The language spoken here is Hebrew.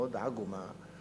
עגומה מאוד.